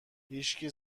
هیشکی